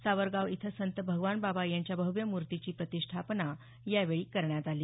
सावरगाव इथं संत भगवान बाबा यांच्या भव्य मूर्तीची प्रतिष्ठापना यावेळी करण्यात आली